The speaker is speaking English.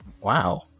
Wow